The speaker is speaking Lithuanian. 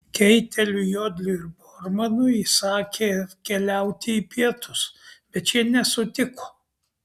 keiteliui jodliui ir bormanui įsakė keliauti į pietus bet šie nesutiko